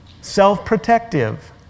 self-protective